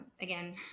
Again